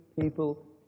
people